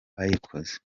bayikoze